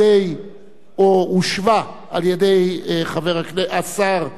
או הושבה על-ידי, השר גלעד ארדן,